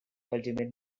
ultimate